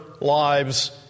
lives